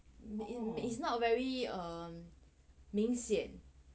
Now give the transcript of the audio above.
mm it's not very um 明显